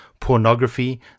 pornography